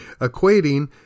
equating